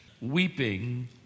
weeping